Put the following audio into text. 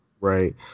Right